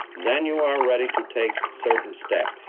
then you are ready to take certain steps.